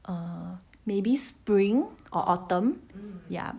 um maybe spring or autumn ya